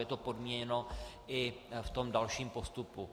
Je to podmíněno i v tom dalším postupu.